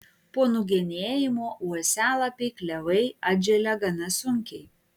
po nugenėjimo uosialapiai klevai atželia gana sunkiai